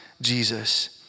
Jesus